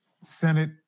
Senate